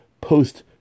post